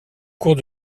cours